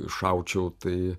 iššaučiau tai